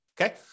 okay